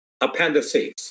appendices